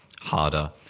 harder